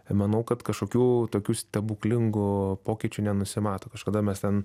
manau kad kažkokių tokių stebuklingų pokyčių nenusimato kažkada mes ten